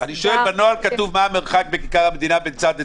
בנוהל כתוב מה המרחק בכיכר המדינה בין צד לצד,